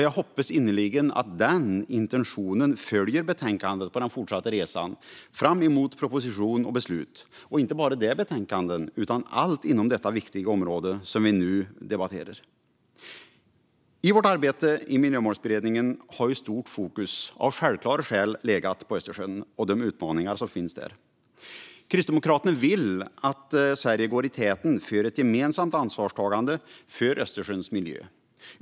Jag hoppas innerligen att den intentionen följer utredningen på den fortsatta resan fram till proposition och beslut och inte bara i det betänkandet utan allt inom detta viktiga område som vi nu debatterar. I vårt arbete i Miljömålsberedningen har stort fokus, av självklara skäl, legat på Östersjön och de utmaningar som finns där. Kristdemokraterna vill att Sverige går i täten för ett gemensamt ansvarstagande för Östersjöns miljö.